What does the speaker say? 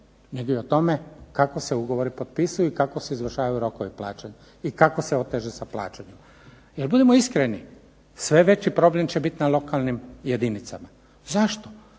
nego i o tome kako se ugovori potpisuju i kako se izvršavaju rokovi plaćanja i kako se oteže sa plaćanjem. Jer budimo iskreni sve veći problem će biti na lokalnim jedinicama. Zašto?